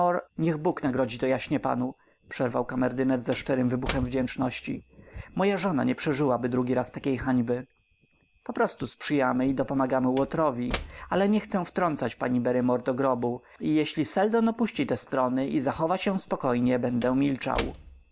niech bóg nagrodzi to jaśnie panu przerwał kamerdyner ze szczerym wybuchem wdzięczności moja żona nie przeżyłaby drugi raz takiej hańby poprostu sprzyjamy i dopomagamy łotrowi ale nie chcę wtrącać pani barrymore do grobu i jeśli seldon opuści te strony i zachowa się spokojnie będę milczał